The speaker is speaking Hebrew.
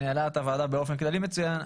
שניהלה את הוועדה באופן כללי מצוין,